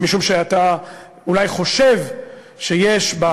משום שאתה אולי חושב שיש בה